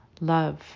love